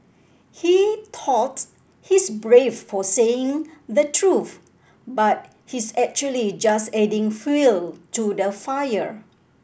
he thought he's brave for saying the truth but he's actually just adding fuel to the fire